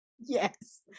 yes